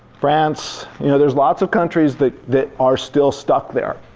france you know there's lots of countries that that are still stuck there,